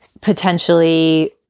potentially